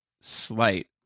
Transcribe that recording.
slight